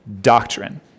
doctrine